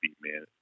man